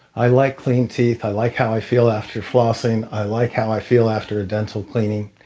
i like clean teeth. i like how i feel after flossing. i like how i feel after a dental cleaning.